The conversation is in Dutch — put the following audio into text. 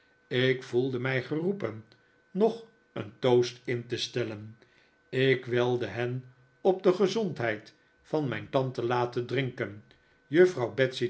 ik voelde mij geroepen nog een toast in te stellen ik wilde hen op de gezondheid van mijn tante laten drinken juffrouw